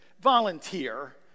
volunteer